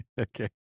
Okay